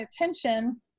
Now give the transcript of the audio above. attention